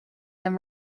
then